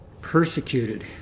persecuted